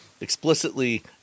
explicitly